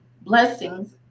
blessings